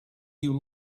you